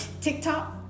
TikTok